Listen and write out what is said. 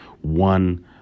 one